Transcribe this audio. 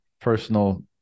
personal